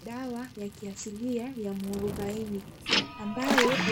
Dawa ya kiasilia ya muarubaini, ambayo